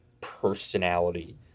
personality